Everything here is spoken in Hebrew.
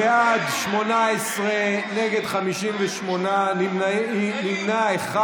בעד, 18, נגד, 58, נמנע אחד.